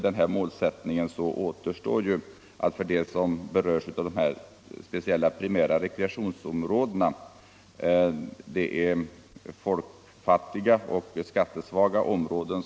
De primära rekreationsområdena är ofta folkfattiga och skattesvaga områden.